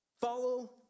Follow